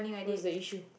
what's the issue